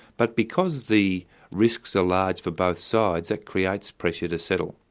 but because the risks are large for both sides, that creates pressure to settle.